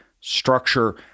structure